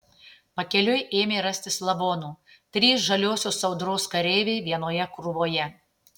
pakeliui ėmė rastis lavonų trys žaliosios audros kareiviai vienoje krūvoje